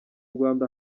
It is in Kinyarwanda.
rwanda